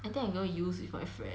I think I'm gonna use with my friend